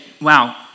wow